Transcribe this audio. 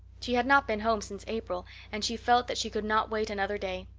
she had not been home since april and she felt that she could not wait another day.